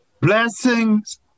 blessings